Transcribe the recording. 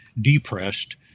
depressed